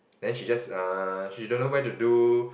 then she just err she don't know where to do